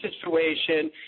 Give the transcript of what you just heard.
situation